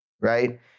right